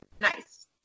nice